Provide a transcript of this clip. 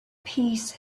peace